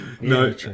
No